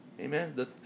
Amen